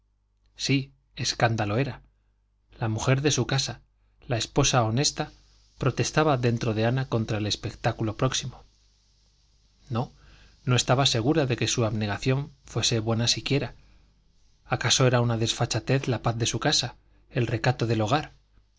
sí escándalo era la mujer de su casa la esposa honesta protestaba dentro de ana contra el espectáculo próximo no no estaba segura de que su abnegación fuese buena siquiera acaso era una desfachatez la paz de su casa el recato del hogar